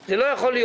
זה לא יכול להיות.